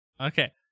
Okay